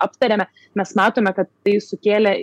aptariame mes matome kad tai sukėlė